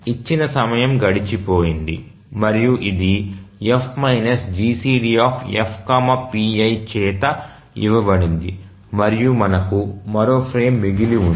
ఇంత సమయం గడిచిపోయింది మరియు ఇది F GCDFpi చేత ఇవ్వబడింది మరియు మనకు మరో ఫ్రేమ్ మిగిలి ఉంది